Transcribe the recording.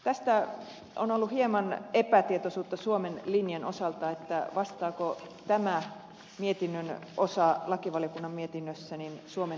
tästä on ollut hieman epätietoisuutta suomen linjan osalta vastaako tämä mietinnön osa lakivaliokunnan mietinnössä suomen linjaa